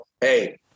hey